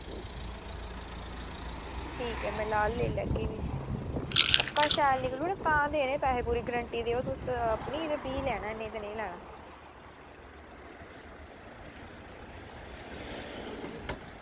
ठीक ऐ में लाल गै लेई लैगी भी पक्का शैल निकलग ना रंग नना निकलग गारंटी देओ तुस ते भी तां गै लैना निं ते निं लैना